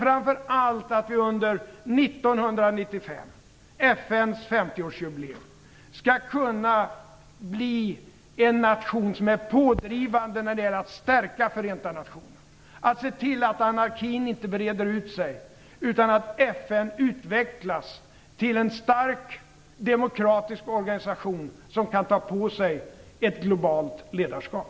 Framför allt önskar jag att vi under 1995 - FN:s 50-årsjubileum - skall kunna bli en nation som är pådrivande när det gäller att stärka Förenta nationerna och se till att anarkin inte breder ut sig, utan att FN utvecklas till en stark demokratisk organisation som kan ta på sig ett globalt ledarskap.